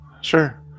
Sure